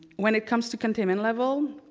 when it comes to containment level,